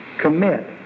commit